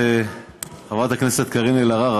חברת הכנסת קארין אלהרר,